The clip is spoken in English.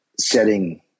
setting